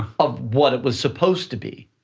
of what it was supposed to be,